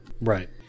Right